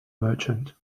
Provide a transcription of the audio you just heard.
merchant